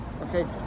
okay